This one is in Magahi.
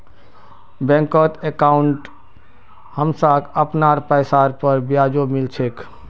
बैंकत अंकाउट हमसाक अपनार पैसार पर ब्याजो मिल छेक